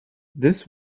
this